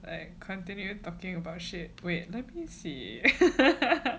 I continue talking about shit wait let me see